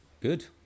Good